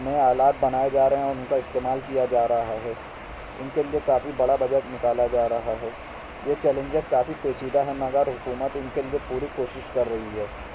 نئے آلات بنائے جا رہے ہیں اور ان کا استعمال کیا جا رہا ہے ان کے لیے کافی بڑا بجٹ نکالا جا رہا ہے یہ چیلنجیز کافی پیچیدہ ہیں مگر حکومت ان کے لیے پوری کوشش کر رہی ہے